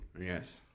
yes